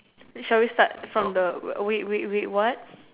shall we start from the wait wait wait what